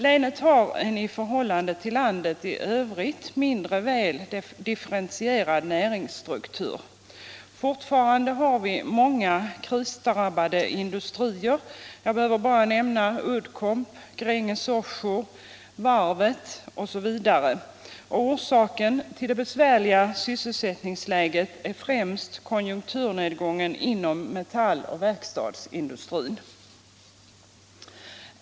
Länet har en i förhållande till landet i övrigt mindre väl differentierad näringsstruktur. Fortfarande har vi många krisdrabbade industrier — jag behöver bara nämnda Uddcomb, Gränges Offshore, varvet osv. Orsaken till det besvärliga sysselsättningsläget är främst konjunkturnedgången inom metalloch verkstadsindustrin.